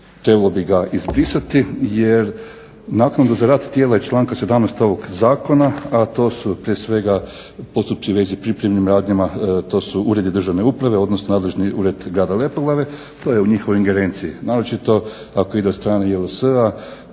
trebalo bi ga izbrisati jer naknadu za rad tijela iz članka 17. ovog zakona, a to su prije svega postupci u vezi pripremnim radnjama, a to su uredi državne uprave odnosno nadležni ured grada Lepoglave. To je u njihovoj ingerenciji, naročito ako ide od strane JLS-a